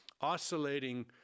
oscillating